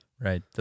Right